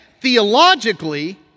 theologically